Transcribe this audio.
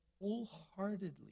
wholeheartedly